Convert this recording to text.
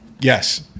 Yes